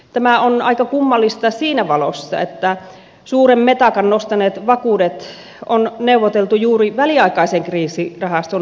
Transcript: tämä on aika kummallista siinä valossa että suuren metakan nostaneet vakuudet on neuvoteltu juuri väliaikaisen kriisirahaston ervvn kautta